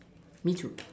me too